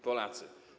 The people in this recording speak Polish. Polacy!